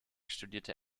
studierte